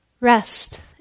Rest